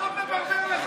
ולא את מה שהרחוב מברבר לך.